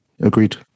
agreed